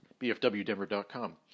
BFWDenver.com